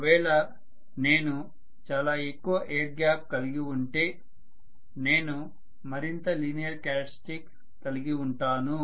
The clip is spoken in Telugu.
ఒకవేళ నేను చాలా ఎక్కువ ఎయిర్ గ్యాప్ కలిగి ఉంటే నేను మరింత లీనియర్ క్యారెక్టర్స్టిక్స్ కలిగివుంటాను